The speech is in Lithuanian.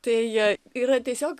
tai jie yra tiesiog